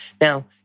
Now